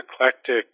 eclectic